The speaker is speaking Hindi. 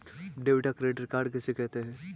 डेबिट या क्रेडिट कार्ड किसे कहते हैं?